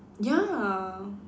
ya